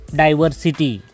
diversity